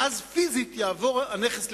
ואז פיזית יעבור הנכס לבעליו,